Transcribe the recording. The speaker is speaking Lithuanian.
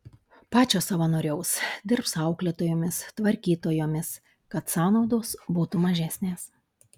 pačios savanoriaus dirbs auklėtojomis tvarkytojomis kad sąnaudos būtų mažesnės